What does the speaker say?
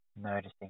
Noticing